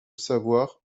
savoir